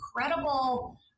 incredible